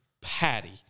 patty